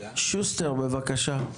שוסטר בבקשה.